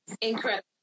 incredible